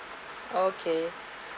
okay